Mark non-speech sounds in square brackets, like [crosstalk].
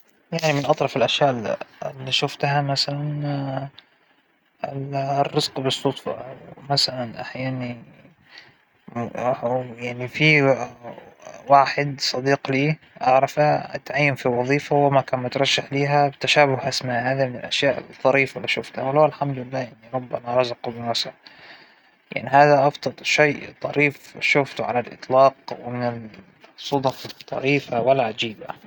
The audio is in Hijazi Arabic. اللغات اللى فينى أتحدث فيها وأفهمها، أول شى اللغة العربية لغتى الأم، [hesitation] طبعا بتكلم فيها وبفهمها الحمد لله، ثانى شى اللغة الإنجليزية، [hesitation] مرة الحمد لله متقنتها، و [hesitation] ثالث شى اللغة الإيطالية، جالسة أتعلم فيها الحمد لله وبس.